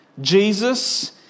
Jesus